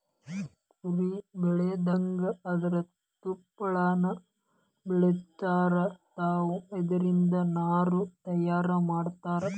ಕುರಿ ಬೆಳದಂಗ ಅದರ ತುಪ್ಪಳಾನು ಬೆಳದಿರತಾವ, ಇದರಿಂದ ನಾರ ತಯಾರ ಮಾಡತಾರ